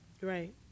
Right